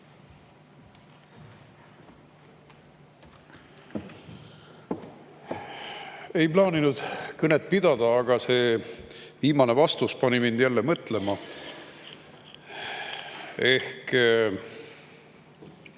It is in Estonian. Ei plaaninud kõnet pidada, aga see viimane vastus pani mind mõtlema. See